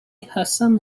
hassan